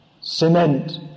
Cement